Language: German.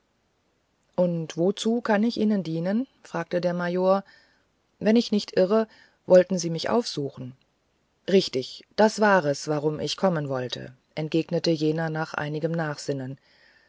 und wozu kann ich ihnen dienen fragte der major wenn ich nicht irre wollten sie mich aufsuchen richtig das war es warum ich kommen wollte entgegnete jener nach einigem nachsinnen